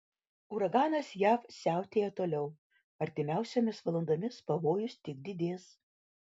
uraganas jav siautėja toliau artimiausiomis valandomis pavojus tik didės